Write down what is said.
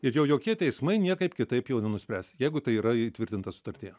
ir jau jokie teismai niekaip kitaip jau nenuspręs jeigu tai yra įtvirtinta sutartyje